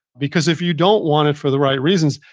because if you don't want it for the right reasons,